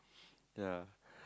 yeah